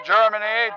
Germany